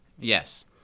Yes